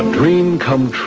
dream come